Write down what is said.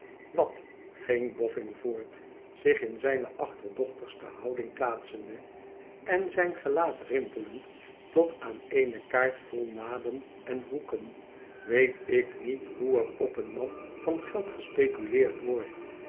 wat ging boffin voort zich in zijne achterdochtigste houding plaatsende en zijn gelaat rimpelend tot eene kaart vol naden en hoeken weet ik niet hoe er op een man van geld gespeculeerd wordt